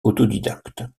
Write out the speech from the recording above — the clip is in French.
autodidacte